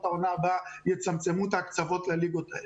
העונה הבאה זה לצמצם את ההקצבות לליגות האלה.